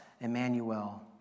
Emmanuel